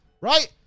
right